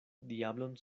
diablon